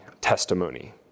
testimony